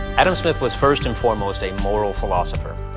adam smith was first and foremost a moral philosopher.